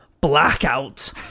Blackout